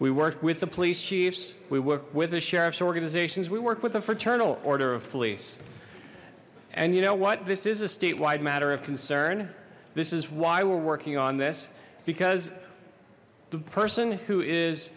we worked with the police chiefs we work with the sheriffs organizations we work with the fraternal order of police and you know what this is a statewide matter of concern this is why we're working on this because the person who is